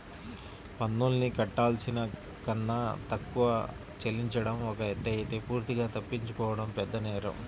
పన్నుల్ని కట్టాల్సిన కన్నా తక్కువ చెల్లించడం ఒక ఎత్తయితే పూర్తిగా తప్పించుకోవడం పెద్దనేరం